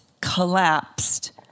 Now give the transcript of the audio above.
collapsed